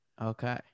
Okay